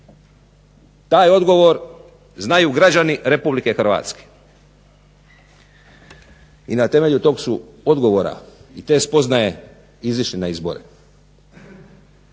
Taj odgovor znaju građani RH i na temelju tog su odgovora i te spoznaje izašli na izbore.